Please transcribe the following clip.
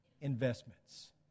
investments